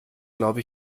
glaube